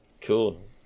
cool